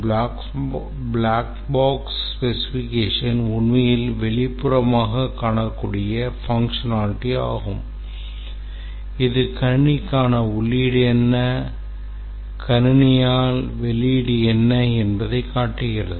black box specification உண்மையில் வெளிப்புறமாகக் காணக்கூடிய functionality ஆகும் இது கணினிக்கான உள்ளீடு என்ன கணினியால் வெளியீடு என்ன என்பதை காட்டுகிறது